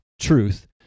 truth